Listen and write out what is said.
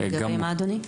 לגבי מה אדוני?